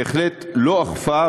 בהחלט לא אכפה,